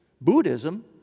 Buddhism